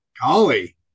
Golly